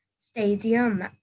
stadium